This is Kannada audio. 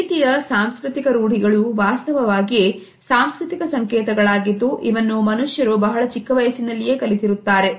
ಈ ರೀತಿಯ ಸಾಂಸ್ಕೃತಿಕ ರೂಢಿಗಳು ವಾಸ್ತವವಾಗಿ ಸಾಂಸ್ಕೃತಿಕ ಸಂಕೇತಗಳಾದ್ದು ಇವನ್ನು ಮನುಷ್ಯರು ಬಹಳ ಚಿಕ್ಕವಯಸ್ಸಿನಲ್ಲಿಯೇ ಕಲಿತಿರುತ್ತಾರೆ